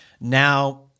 now